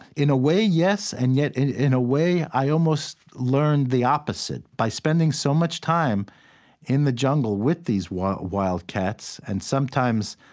in a way, yes. and yet, in in a way, i almost learned the opposite. by spending so much time in the jungle with these wild wild cats, and sometimes,